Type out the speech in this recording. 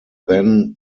then